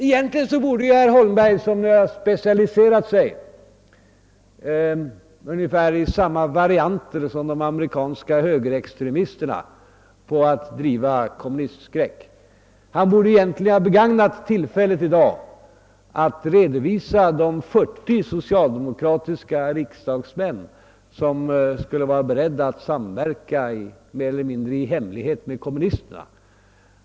Egentligen borde herr Holmberg, som ju specialiserat sig på ungefär samma varianter som de amerikanska högerextremisterna när det gäller att skapa kommunistskräck, ha begagnat tillfället i dag att redovisa de 40 socialdemokratiska riksdagsmän som mer eller mindre i hemlighet skulle vara beredda att samverka med kommunisterna.